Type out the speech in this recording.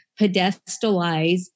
pedestalize